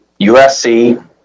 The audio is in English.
USC